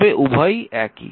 তবে উভয়ই একই